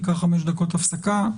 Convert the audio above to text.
ניקח חמש דקות הפסקה,